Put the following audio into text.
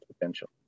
potential